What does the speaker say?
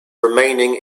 remaining